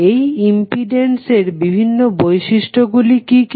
এই ইম্পিডেন্স এর বিভিন্ন বিশিষ্ট গুলি কি কি